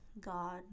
God